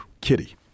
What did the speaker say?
Kitty